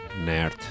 nerd